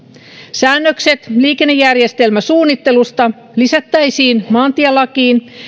säännökset liikennejärjestelmäsuunnittelusta lisättäisiin maantielakiin